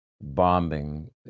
bombing